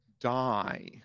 die